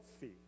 see